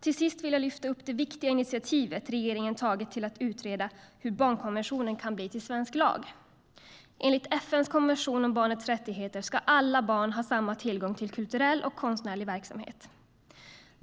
Slutligen vill jag lyfta upp det viktiga initiativet regeringen tagit till att utreda hur barnkonventionen kan bli svensk lag. Enligt FN:s konvention om barnets rättigheter ska alla barn ha samma tillgång till kulturell och konstnärlig verksamhet.